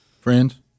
Friends